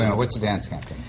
what's a dance captain?